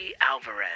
Alvarez